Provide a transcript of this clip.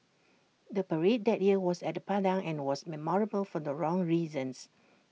the parade that year was at the Padang and was memorable for the wrong reasons